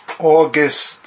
August